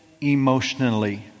emotionally